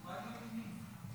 פיילוט עם מי?